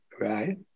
Right